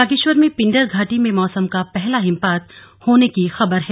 बागेश्वर में पिंडर घाटी में मौसम का पहला हिमपात होने की खबर है